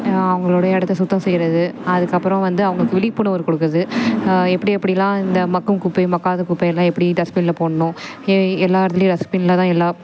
அவங்களோட இடத்த சுத்தம் செய்யுறது அதுக்கப்பறம் வந்து அவங்க விழிப்புணர்வு கொடுக்குறது எப்படி எப்படிலாம் இந்த மக்கும் குப்பை மக்காத குப்பையெலாம் எப்புடி டஸ்பின்னில் போடணும் எல்லா இடத்துலையும் டஸ்பின்னில் தான் எல்லா